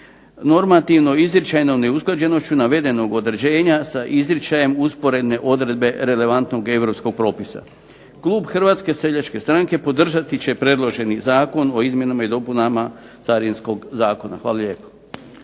normativno izričajnom neusklađenošću navedenog određenja sa izričajem usporedne odredbe relevantnog europskog propisa. Klub Hrvatske seljačke stranke podržati će predloženi Zakon o izmjenama i dopunama Carinskog zakona. Hvala lijepo.